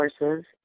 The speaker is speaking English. Resources